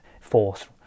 force